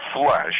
flesh